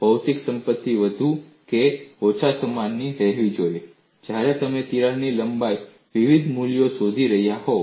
ભૌતિક સંપત્તિ વધુ કે ઓછા સમાન રહેવી જોઈએ જ્યારે તમે તિરાડ લંબાઈના વિવિધ મૂલ્યો શોધી રહ્યા હોવ